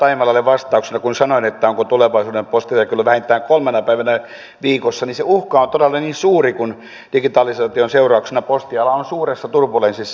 edustaja taimelalle vastauksena kun sanoin että onko tulevaisuuden postinjakelu vähintään kolmena päivänä viikossa että se uhka on todella niin suuri kun digitalisaation seurauksena postiala on suuressa turbulenssissa